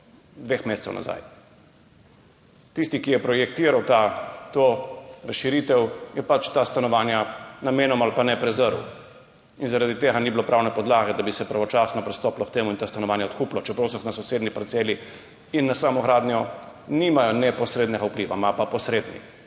dveh mesecev nazaj. Tisti, ki je projektiral to razširitev, je pač ta stanovanja prezrl, namenoma ali pa ne, in zaradi tega ni bilo pravne podlage, da bi se pravočasno pristopilo k temu in ta stanovanja odkupilo, čeprav so na sosednji parceli in na samo gradnjo nimajo neposrednega vpliva, imajo pa posredni